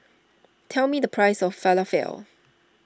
tell me the price of Falafel